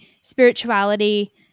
spirituality